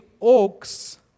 oaks